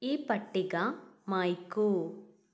ഈ പട്ടിക മായ്ക്കൂ